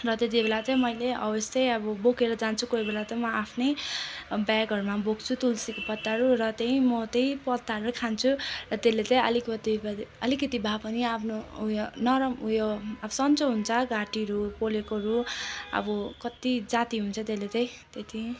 र त्यत्ति बेला चाहिँ मैले हो यस्तै अब बोकेर जान्छु कोही बेला त म आफ्नै ब्यागहरूमा बोक्छु तुलसीको पत्ताहरू र चाहिँ म त्यही पत्ताहरू खान्छु र त्यसले चाहिँ अलिकति भए दे अलिकति भए पनि आफ्नो उयो नरम उयो अब सन्चो हुन्छ घाँटीहरू पोलेकोहरू अब कत्ति जाती हुन्छ त्यसले चाहिँ त्यत्ति